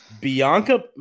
Bianca